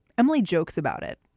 emily jokes about it.